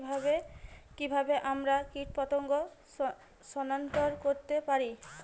কিভাবে আমরা কীটপতঙ্গ সনাক্ত করতে পারি?